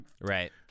right